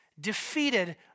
defeated